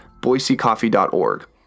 boisecoffee.org